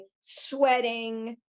sweating